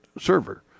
Server